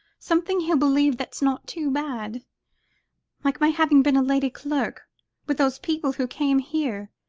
something he'll believe, that's not too bad like my having been a lady clerk with those people who came here,